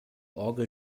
orgel